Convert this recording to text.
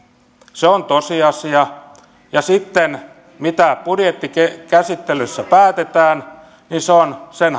se on tosiasia ja sitten mitä budjettikäsittelyssä päätetään niin se on sen